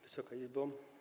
Wysoka Izbo!